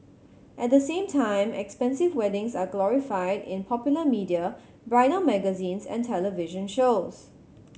at the same time expensive weddings are glorified in popular media bridal magazines and television shows